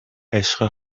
عشق